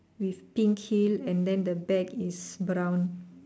with pink heel and then the bag is brown